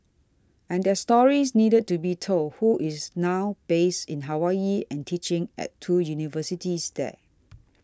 and their stories needed to be told who is now based in Hawaii and teaching at two universities there